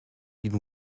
been